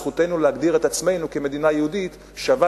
זכותנו להגדיר את עצמנו כמדינה יהודית שווה